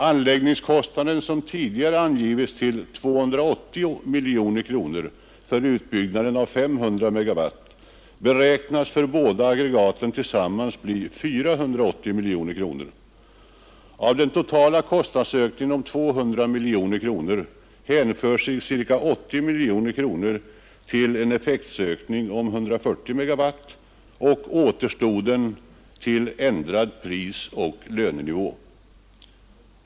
Anläggningskostnaden, som tidigare angivits till 280 milj.kr. för utbyggnaden av 500 MW, beräknas för de båda aggregaten tillsammans bli 480 milj.kr. Av den totala kostnadsökningen om 200 milj.kr. hänför sig ca 80 milj.kr. till effektökningen om 140 MW och återstoden till ändrad prisoch lönenivå.